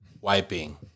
wiping